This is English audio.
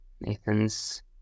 Nathan's